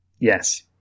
yes